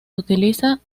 utiliza